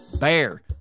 BEAR